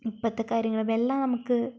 ഇപ്പോഴത്തെ കാര്യങ്ങളും എല്ലാം നമുക്ക്